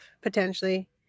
potentially